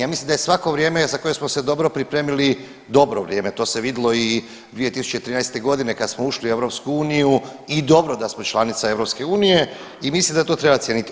Ja mislim da je svako vrijeme za koje smo se dobro pripremili dobro vrijeme, to se vidjelo i 2013.g. kad smo ušli u EU i dobro da smo članica EU i mislim da to treba cijeniti.